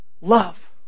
Love